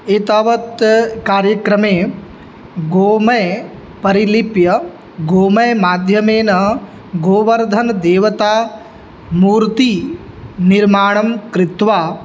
एतावत् कार्यक्रमे गोमयं परिलिप्य गोमय माध्यमेन गोवर्धनदेवता मूर्ति निर्माणं कृत्वा